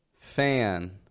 fan